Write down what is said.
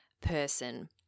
person